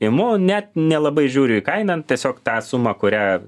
imu net nelabai žiūriu į kainą tiesiog tą sumą kurią